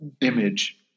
image